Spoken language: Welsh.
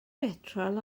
petrol